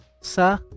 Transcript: sa